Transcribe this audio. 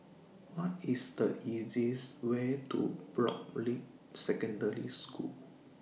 What IS The easiest Way to Broadrick Secondary School